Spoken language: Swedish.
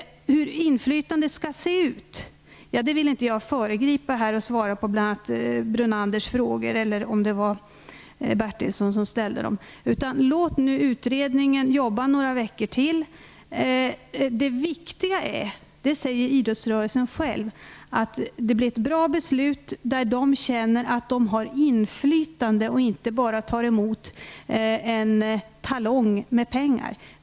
Hur inflytandet skall utformas vill inte jag inte föregripa i mina svar på Brunanders eller Bertilssons frågor. Låt nu utredningen arbeta några veckor till. Idrottsrörelsen säger själv att det viktiga är att det blir ett bra beslut som gör att den känner att den har ett inflytande och inte bara tar emot en summa pengar.